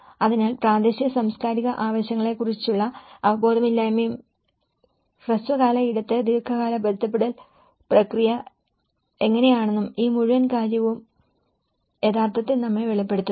അതിനാൽ പ്രാദേശിക സാംസ്കാരിക ആവശ്യങ്ങളെക്കുറിച്ചുള്ള അവബോധമില്ലായ്മയും ഹ്രസ്വകാല ഇടത്തരം ദീർഘകാല പൊരുത്തപ്പെടുത്തൽ പ്രക്രിയ എങ്ങനെയാണെന്നും ഈ മുഴുവൻ കാര്യവും യഥാർത്ഥത്തിൽ നമ്മെ വെളിപ്പെടുത്തുന്നു